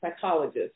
psychologist